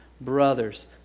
Brothers